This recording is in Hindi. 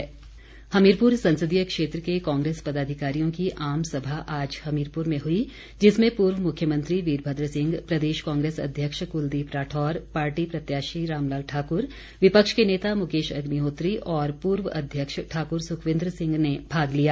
कांग्रेस हमीरपुर हमीरपुर संसदीय क्षेत्र के कांग्रेस पदाधिकारियों की आम सभा आज हमीरपुर में हुई जिसमें पूर्व मुख्यमंत्री वीरभद्र सिंह प्रदेश कांग्रेस अध्यक्ष कलदीप राठौर पार्टी प्रत्याशी रामलाल ठाक्र विपक्ष के नेता मुकेश अग्निहोत्री और पूर्व अध्यक्ष ठाक्र सुखविन्दर सिंह ने भाग लिया